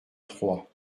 trois